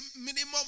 minimum